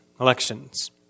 elections